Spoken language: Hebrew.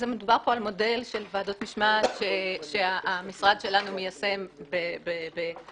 על מודל של ועדות משמעת שהמשרד שלנו מיישם בחקיקה